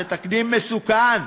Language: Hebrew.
זה תקדים מסוכן,